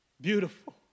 Beautiful